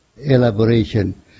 elaboration